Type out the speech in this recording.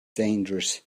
dangerous